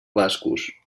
bascos